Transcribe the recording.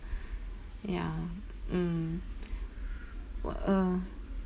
ya mm uh